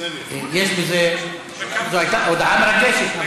זו הייתה הודעה מרגשת.